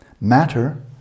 Matter